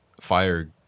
Fire